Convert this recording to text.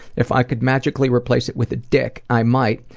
if i could magically replace it with a dick, i might,